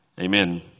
Amen